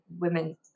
women